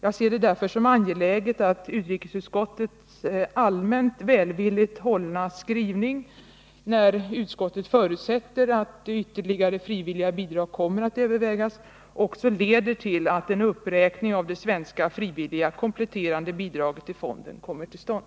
Jag ser det därför som angeläget att utrikesutskottets allmänt välvilligt hållna skrivning, där utskottet förutsätter ”att ytterligare frivilliga bidrag kommer att övervägas”, också leder till att en uppräkning av det svenska frivilliga kompletterande bidraget till fonden kommer till stånd.